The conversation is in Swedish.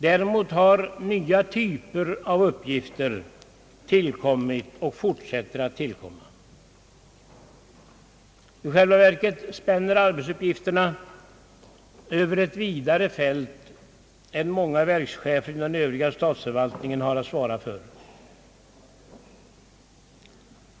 Däremot har nya typer av uppgifter tillkommit och fortsätter att tillkomma. I själva verket spänner arbetsuppgifterna över ett vidare fält än många verkschefer i den övriga statsförvaltningen har att svara för.